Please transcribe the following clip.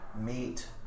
meet